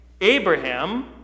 Abraham